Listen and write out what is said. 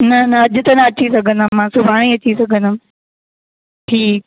न न अॼु त न अची संघदमि मां सुभाणे ई अची सघंदमि ठीकु